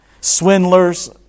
swindlers